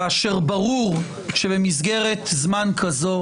כאשר ברור שבמסגרת זמן כזו,